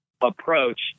approach